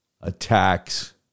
attacks